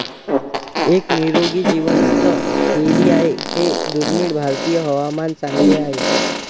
एक निरोगी जिवंत बेरी आहे हे दुर्मिळ भारतीय हवामान चांगले आहे